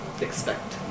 expect